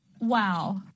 Wow